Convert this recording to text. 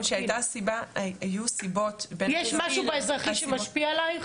משום שהיו סיבות --- יש משהו באזרחי שמשפיע עלייך